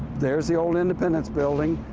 there's the old independence building,